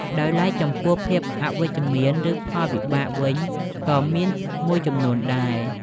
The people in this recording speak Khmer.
ដោយឡែកចំពោះភាពអវិជ្ជមាន ឬ ផលវិបាកវិញក៏មានមួយចំនួនដែរ។